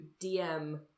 DM